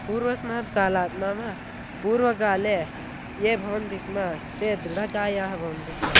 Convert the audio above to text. पूर्वस्मात् कालात् नाम पूर्वकाले ये भवन्ति स्म ते दृढकायाः भवन्ति स्म